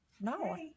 no